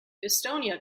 estonia